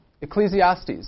Ecclesiastes